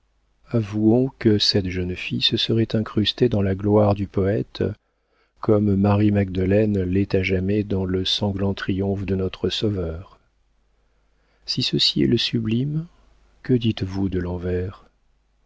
avouons que cette jeune fille se serait incrustée dans la gloire du poëte comme marie magdeleine l'est à jamais dans le sanglant triomphe de notre sauveur si ceci est le sublime que dites-vous de l'envers